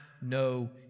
no